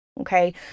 okay